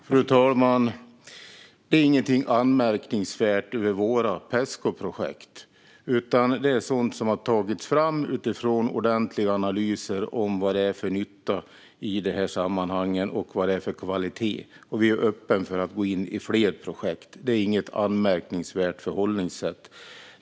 Fru talman! Det är inget anmärkningsvärt över våra Pescoprojekt, utan det är sådant som har tagits fram utifrån ordentliga analyser av vad det är för nytta och kvalitet i dessa sammanhang. Vi är öppna för att gå in i fler projekt. Det är inget anmärkningsvärt förhållningssätt.